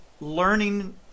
Learning